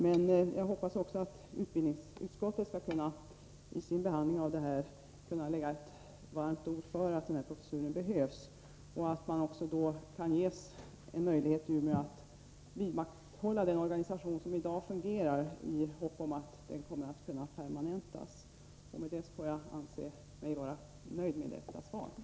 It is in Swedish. Men jag hoppas att utbildningsutskottet vid sin behandling av förslagen skall kunna lägga ett gott ord för professuren och framhålla att den behövs samt att man då i Umeå också ges möjlighet att vidmakthålla den organisation som i dag fungerar, i förhoppning om att den kommer att kunna permanentas. Därmed får jag förklara mig nöjd med svaret.